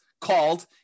called